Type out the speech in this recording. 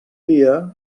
dia